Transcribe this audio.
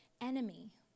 enemy